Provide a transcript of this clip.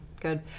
good